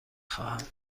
خواهم